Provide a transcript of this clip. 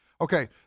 Okay